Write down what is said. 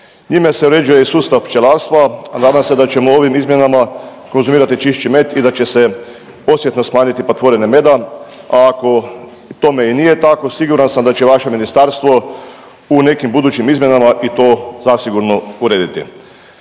Njime se uređuje i sustav pčelarstva, a nadam se da ćemo ovim izmjenama konzumirati čišći med i da će se osjetno smanjiti patvorine meda, a ako tome i nije tako siguran sam da će vaše ministarstvo u nekim budućim izmjenama i to zasigurno urediti.